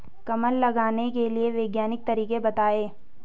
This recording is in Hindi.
कमल लगाने के वैज्ञानिक तरीके बताएं?